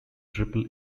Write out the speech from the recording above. triple